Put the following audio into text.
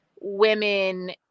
women